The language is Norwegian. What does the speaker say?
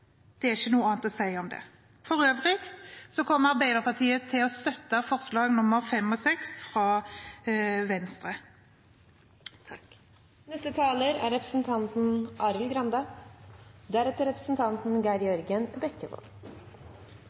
Det er ikke noe annet å si om det. For øvrig kommer Arbeiderpartiet til å støtte forslagene nr. 5 og 6, fra Venstre. Jeg registrerer at representanten